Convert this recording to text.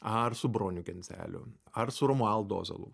ar su broniu genzeliu ar su romualdu ozolu